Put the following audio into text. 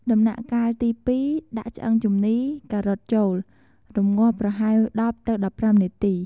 ដំណាក់់កាលទី២ដាក់ឆ្អឹងជំនី ការ៉ុតចូល រម្ងាស់ប្រហែល ១០ ទៅ១៥នាទី។